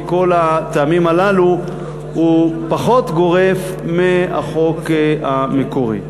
מכל הטעמים הללו הוא פחות גורף מהחוק המקורי.